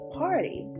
party